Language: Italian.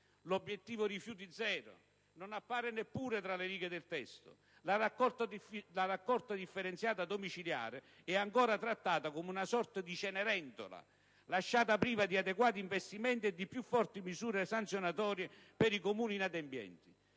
L'obiettivo «rifiuti zero» non appare neppure tra le righe del testo; la raccolta differenziata domiciliare è ancora trattata come una sorta di Cenerentola, lasciata priva di adeguati investimenti e di più forti misure sanzionatorie per i Comuni inadempienti.